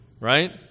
Right